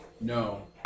No